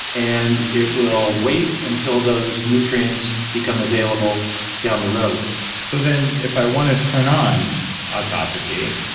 and it will wait until those nutrients become available down the road so, then, if i want to turn on autophagy,